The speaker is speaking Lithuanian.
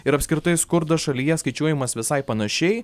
ir apskritai skurdas šalyje skaičiuojamas visai panašiai